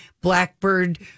Blackbird